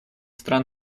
стран